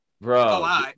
Bro